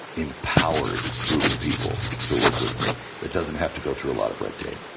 empowered group of people to work with me that doesn't have to go through a lot of red tape.